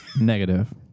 Negative